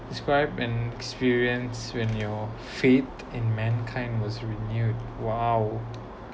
describe an experience when your fate in man kind was renewed !wow!